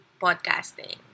podcasting